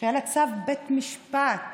שהיה צו בית משפט